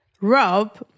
Rob